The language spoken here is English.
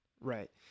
Right